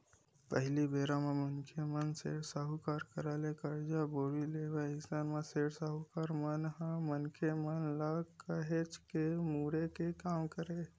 पहिली बेरा म मनखे मन सेठ, साहूकार करा ले करजा बोड़ी लेवय अइसन म सेठ, साहूकार मन ह मनखे मन ल काहेच के मुड़े के काम करय